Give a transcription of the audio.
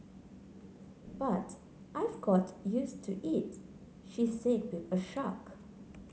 but I've got use to it she said with a shrug